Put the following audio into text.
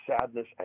sadness